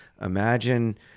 imagine